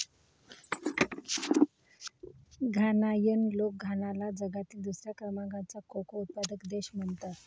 घानायन लोक घानाला जगातील दुसऱ्या क्रमांकाचा कोको उत्पादक देश म्हणतात